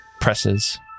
Presses